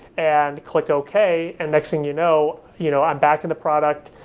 and click okay. and next thing you know you know, i'm back in the product,